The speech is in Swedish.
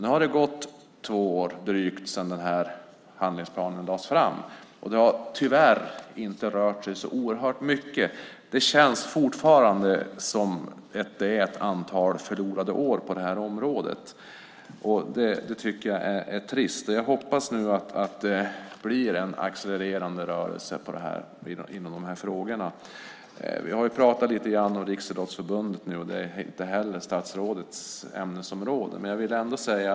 Nu har det gått drygt två år sedan handlingsplanen lades fram. Det har tyvärr inte rört sig så oerhört mycket. Det känns fortfarande som att det är ett antal förlorade år på det här området. Det tycker jag är trist. Jag hoppas att det blir en accelererande rörelse i dessa frågor. Vi har pratat en del om Riksidrottsförbundet, även om det inte är statsrådets ämnesområde.